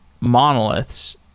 monoliths